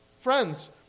Friends